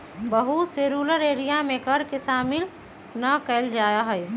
बहुत से rural area में कर के शामिल ना कइल जा हई